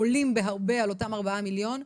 עולים בהרבה על אותם ארבעה מיליון.